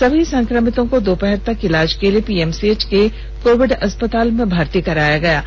सभी संक्रमितों को दोपहर तक इलाज के लिए पीएमसीएच के कोविड अस्पताल में भर्ती कराया गया है